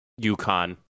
UConn